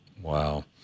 Wow